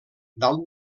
dalt